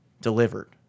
delivered